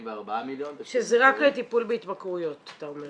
מיליון -- שזה רק לטיפול בהתמכרויות אתה אומר.